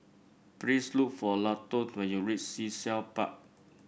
please look for Lawton when you reach Sea Shell Park